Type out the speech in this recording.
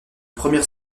première